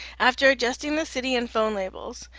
after adjusting the city and phone labels,